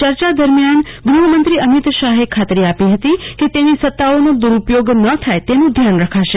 ચર્ચા દરિમયાન ગુહમંત્રી અમિત શાહે ખાતરી આપી હતી કે તેની સ ત્તાઓનો દુરઉપયોગ ન થાય તે નું ધ્યાન રખાશે